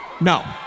No